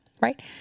Right